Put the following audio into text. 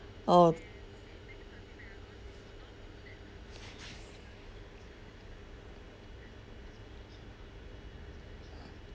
oh